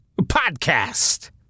podcast